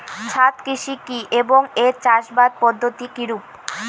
ছাদ কৃষি কী এবং এর চাষাবাদ পদ্ধতি কিরূপ?